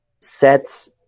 sets